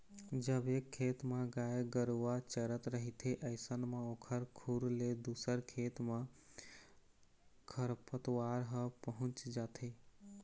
जब एक खेत म गाय गरुवा चरत रहिथे अइसन म ओखर खुर ले दूसर खेत म खरपतवार ह पहुँच जाथे